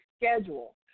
schedule